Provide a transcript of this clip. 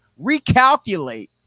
recalculate